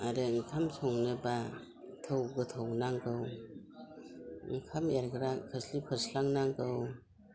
आरो ओंखाम संनोब्ला थौ गोथौ नांगौ ओंखाम एरग्रा खोस्लि फोस्लां नांगौ